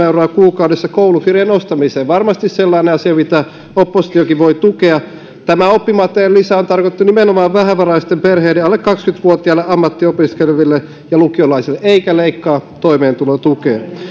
euroa kuukaudessa koulukirjojen ostamiseen varmasti sellainen asia mitä oppositiokin voi tukea tämä oppimateriaalilisä on tarkoitettu nimenomaan vähävaraisten perheiden alle kaksikymmentä vuotiaille ammattiin opiskeleville ja lukiolaisille eikä leikkaa toimeentulotukea